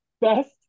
best